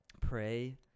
pray